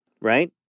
right